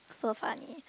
so funny